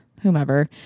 Whomever